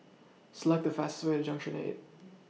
Select The fastest Way to Junction eight